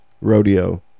Rodeo